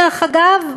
דרך אגב,